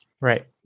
Right